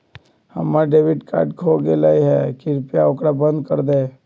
हम्मर debit card खो गयले है, कृपया ओकरा बंद कर दे